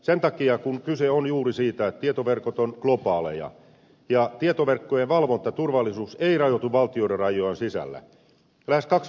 sen takia kyse on juuri siitä että tietoverkot ovat globaaleja ja tietoverkkojen valvontaturvallisuus ei rajoitu valtioiden rajojen sisälle